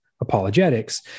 apologetics